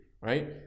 right